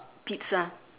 pizza